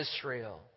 Israel